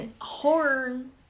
Horn